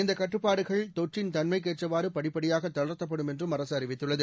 இந்தக் கட்டுப்பாடுகள் தொற்றின் தன்மைக்கேற்வாறு படிப்படியாக தளர்த்தப்படும் என்றும் அரசு அறிவித்துள்ளது